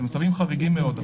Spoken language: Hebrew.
זה מצבים חריגים מאוד.